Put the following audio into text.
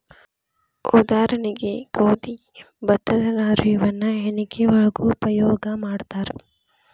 ಉದಾಹರಣೆಗೆ ಗೋದಿ ಭತ್ತದ ನಾರು ಇವನ್ನ ಹೆಣಕಿ ಒಳಗು ಉಪಯೋಗಾ ಮಾಡ್ತಾರ